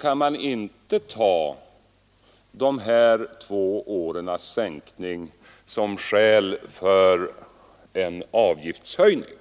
kan man inte ta de här två årens sänkning av pensionsåldern som skäl för en avgiftshöjning.